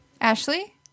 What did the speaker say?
Ashley